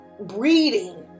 breeding